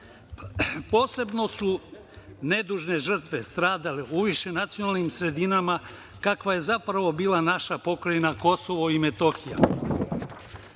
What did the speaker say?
kasnije. Posebno su nedužne žrtve stradale u višenacionalnim sredinama, kakva je zapravo bila naša pokrajina Kosovo i Metohija.